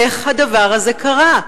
איך הדבר הזה קרה?